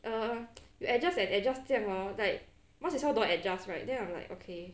err you adjust and adjust 这样 hor like must as well not adjust right then I'm like okay